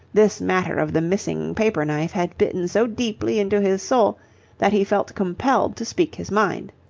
this matter of the missing paper-knife had bitten so deeply into his soul that he felt compelled to speak his mind.